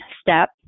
step